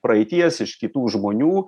praeities iš kitų žmonių